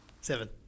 Seven